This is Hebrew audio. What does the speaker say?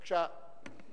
בבקשה.